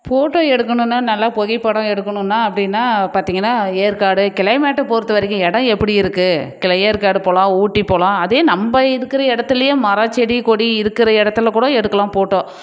photo எடுக்கணும்னா நல்லா புகைப்படம் எடுக்கணும்னா அப்படினா பார்த்திங்கன்னா ஏற்காடு கிளைமேட்டை பொறுத்தவரைக்கும் இடம் எப்படி இருக்குது இ ஏற்காடு போகலாம் ஊட்டி போகலாம் அதே நம்ம இருக்கிற இடத்துலயும் மரம் செடி கொடி இருக்கிற இடத்துல கூட எடுக்கலாம் ஃபோட்டோ